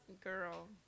Girl